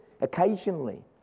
occasionally